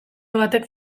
batek